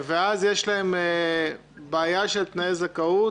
ואז יש להם בעיה של תנאי זכאות